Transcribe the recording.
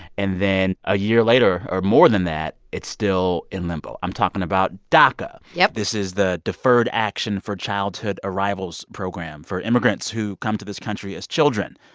and then a year later or more than that, it's still in limbo. i'm talking about daca yep this is the deferred action for childhood arrivals program for immigrants who come to this country as children.